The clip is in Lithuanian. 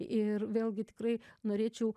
ir vėlgi tikrai norėčiau